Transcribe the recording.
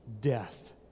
Death